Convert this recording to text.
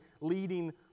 leading